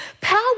Power